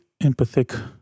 empathic